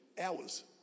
hours